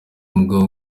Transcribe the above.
umugabo